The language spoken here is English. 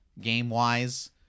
game-wise